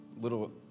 little